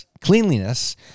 cleanliness